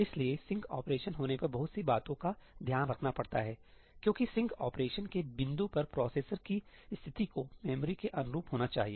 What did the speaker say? इसलिए sync operation होने पर बहुत सी बातों का ध्यान रखना पड़ता है क्योंकि सिंक ऑपरेशन के बिंदु पर प्रोसेसर की स्थिति को मेमोरी के अनुरूप होना चाहिए